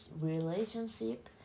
relationship